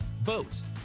boats